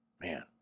Man